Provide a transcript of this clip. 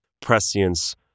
prescience